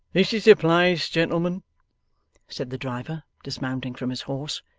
this is the place, gentlemen said the driver, dismounting from his horse,